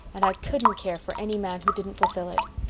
and i couldn't care for any man who didn't fulfill it.